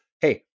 hey